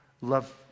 love